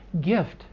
gift